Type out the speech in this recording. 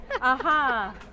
Aha